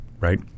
right